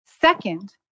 Second